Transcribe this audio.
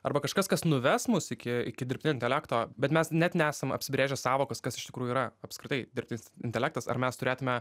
arba kažkas kas nuves mus iki iki dirbtinio intelekto bet mes net nesam apsibrėžę sąvokos kas iš tikrųjų yra apskritai dirbtinis intelektas ar mes turėtume